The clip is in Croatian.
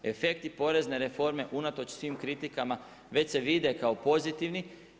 Efekti porezne reforme unatoč svim kritikama već se vide kao pozitivni.